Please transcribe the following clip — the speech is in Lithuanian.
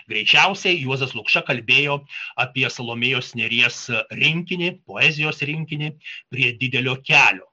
greičiausiai juozas lukša kalbėjo apie salomėjos nėries rinkinį poezijos rinkinį prie didelio kelio